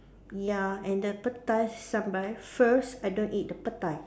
ya and the petai sambal first I don't eat the petai